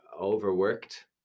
overworked